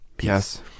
Yes